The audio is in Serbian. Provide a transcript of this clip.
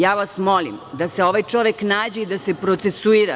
Ja vas molim da se ovaj čovek nađe i da se procesuira.